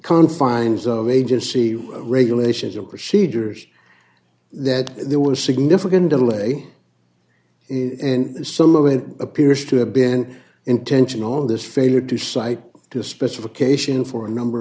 confines of agency regulations or procedures that there was a significant delay and some of it appears to have been intentional this failure to cite the specification for a